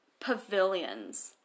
pavilions